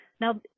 Now